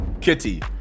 kitty